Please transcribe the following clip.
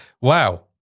Wow